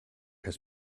has